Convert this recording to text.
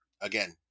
again